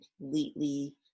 completely